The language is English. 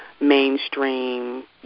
mainstream